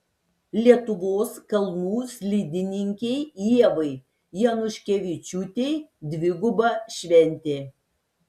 lietuvos kalnų slidininkei ievai januškevičiūtei dviguba šventė